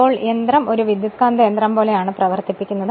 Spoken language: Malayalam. ഇപ്പോൾ യന്ത്രം ഒരു വിദ്യുത്കാന്തയന്ത്രo പോലെയാണ് പ്രവർത്തിക്കുന്നത്